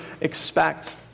expect